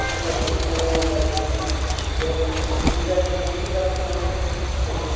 সেইসব অনুষ্ঠানেও আমরা গেছি যেরকম গুজরাটে বেশিরভাগ সময় ওই